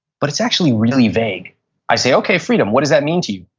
but it's actually really vague i say, okay, freedom. what does that mean to you?